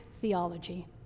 theology